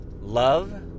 love